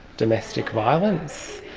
domestic violence,